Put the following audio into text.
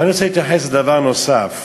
אבל אני רוצה להתייחס לדבר נוסף.